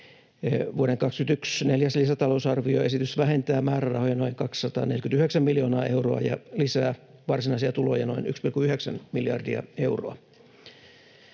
Vuoden 21 neljäs lisätalousarvioesitys vähentää määrärahoja noin 249 miljoonaa euroa ja lisää varsinaisia tuloja noin 1,9 miljardia euroa.